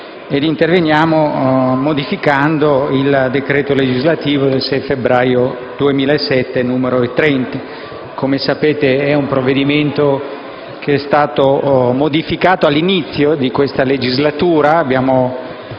ed interveniamo modificando il decreto‑legislativo del 6 febbraio 2007, n. 30. Come sapete, è un provvedimento che è stato modificato all'inizio di questa legislatura,